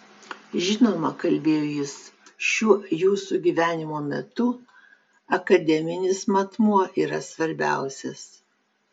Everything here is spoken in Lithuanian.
žinoma kalbėjo jis šiuo jūsų gyvenimo metu akademinis matmuo yra svarbiausias